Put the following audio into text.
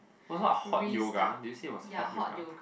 what's it about hot yoga did you say it was hot yoga